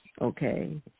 okay